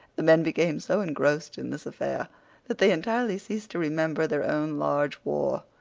the men became so engrossed in this affair that they entirely ceased to remember their own large war.